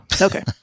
Okay